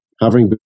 Hovering